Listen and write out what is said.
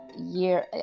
year